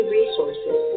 resources